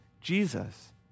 Jesus